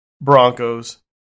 Broncos